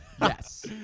Yes